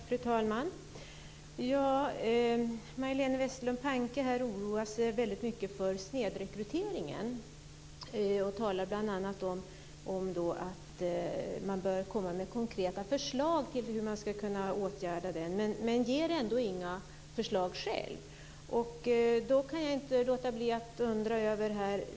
Fru talman! Majléne Westerlund Panke oroar sig här väldigt mycket för snedrekryteringen och talar bl.a. om att man bör komma med konkreta förslag till åtgärder. Själv ger hon dock inga förslag. Jag kan inte låta bli att undra här.